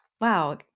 wow